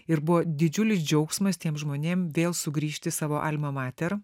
ir buvo didžiulis džiaugsmas tiems žmonėm vėl sugrįžti į savo alma mater